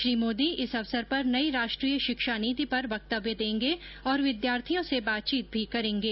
श्री मोदी इस अवसर पर नई राष्ट्रीय शिक्षा नीति पर वक्तव्य देंगे और विद्यार्थियों से बातचीत भी करेंगे